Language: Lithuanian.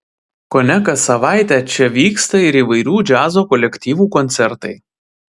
kone kas savaitę čia vyksta ir įvairių džiazo kolektyvų koncertai